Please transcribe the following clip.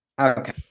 Okay